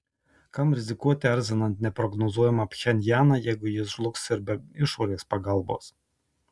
kam rizikuoti erzinant neprognozuojamą pchenjaną jeigu jis žlugs ir be išorės pagalbos